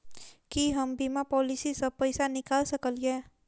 की हम बीमा पॉलिसी सऽ पैसा निकाल सकलिये?